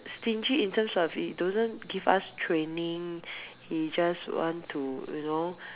stingy in terms of he don't give us training he just want to you know